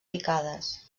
picades